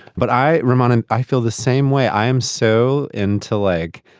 but i ramonet, i feel the same way. i am so into leg,